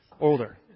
Older